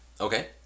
Okay